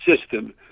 system